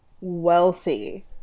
wealthy